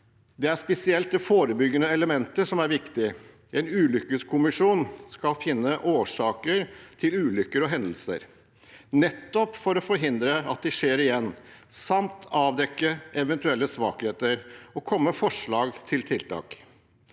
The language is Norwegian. Det er spesielt det forebyggende elementet som er viktig. En ulykkeskommisjon skal finne årsaker til ulykker og hendelser nettopp for å forhindre at de skjer igjen, samt å avdekke eventuelle svakheter og komme med forslag til tiltak.